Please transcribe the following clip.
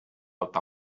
alta